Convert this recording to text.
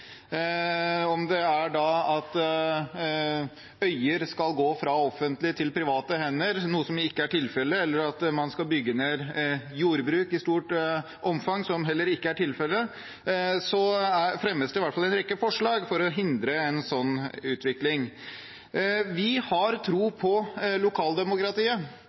Om det er at øyer skal gå fra offentlige til private hender, noe som ikke er tilfellet, eller at man skal bygge ned jordbruk i stort omfang, som heller ikke er tilfellet, fremmes det i hvert fall en rekke forslag for å hindre en slik utvikling. Vi har tro på lokaldemokratiet.